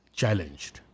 challenged